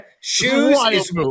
shoes